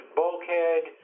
bulkhead